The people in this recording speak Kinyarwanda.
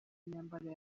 imyambaro